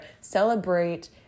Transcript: Celebrate